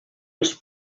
els